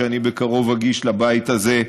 שאני בקרוב אגיש לבית הזה.